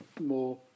more